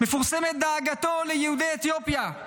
מפורסמות דאגתו ליהודי אתיופיה,